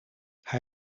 hij